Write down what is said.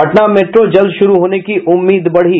Patna metro जल्द शुरू होने की उम्मीद बढ़ी